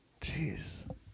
Jeez